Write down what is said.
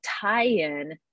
tie-in